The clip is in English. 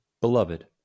beloved